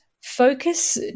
focus